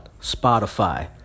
Spotify